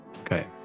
Okay